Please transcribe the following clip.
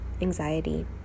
anxiety